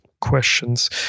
questions